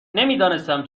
نمیدانستم